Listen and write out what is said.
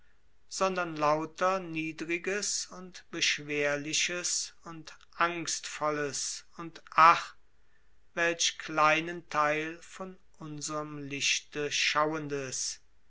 sondern lauter niedriges und beschwerliches und angstvolles und ach welch kleinen theil von unserm lichte schauendes